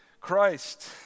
Christ